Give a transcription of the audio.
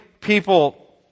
people